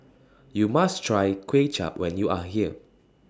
YOU must Try Kway Chap when YOU Are here